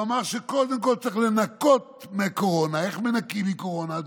הוא אמר שקודם כול צריך לנקות מקורונה איך מנקים מקורונה,